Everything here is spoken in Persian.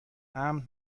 امن